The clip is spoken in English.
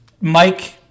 Mike